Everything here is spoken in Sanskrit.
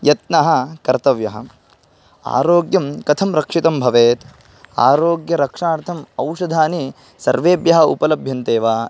यत्नः कर्तव्यः आरोग्यं कथं रक्षितं भवेत् आरोग्यरक्षणार्थम् औषधानि सर्वेभ्यः उपलभ्यन्ते वा